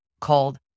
called